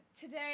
today